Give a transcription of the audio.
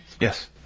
Yes